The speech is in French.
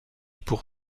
pour